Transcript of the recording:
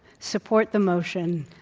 support the motion.